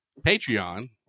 patreon